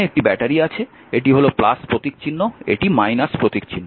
একটি ব্যাটারি আছে এটি হল প্রতীকচিহ্ন এটি প্রতীকচিহ্ন